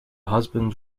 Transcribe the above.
husband